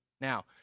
Now